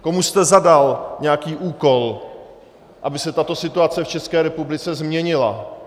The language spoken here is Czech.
Komu jste zadal nějaký úkol, aby se tato situace v České republice změnila?